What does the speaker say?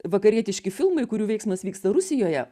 vakarietiški filmai kurių veiksmas vyksta rusijoje